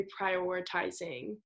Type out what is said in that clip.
reprioritizing